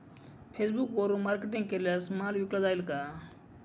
फेसबुकवरुन मार्केटिंग केल्यास माल विकला जाईल का?